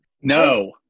No